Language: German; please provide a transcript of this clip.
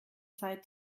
zeit